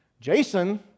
Jason